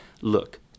look